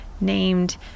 named